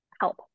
help